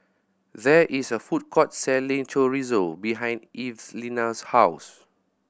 there is a food court selling Chorizo behind Evelina's house